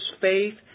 faith